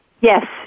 Yes